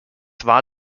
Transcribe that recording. war